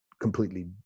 completely